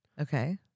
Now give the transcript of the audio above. Okay